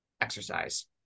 exercise